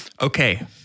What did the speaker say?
Okay